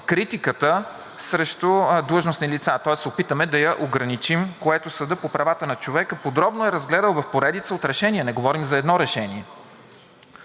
критиката срещу длъжностни лица. Тоест да се опитаме да я ограничим, което Съдът по правата на човека подробно е разгледал в поредица от решения – не говорим за едно решение.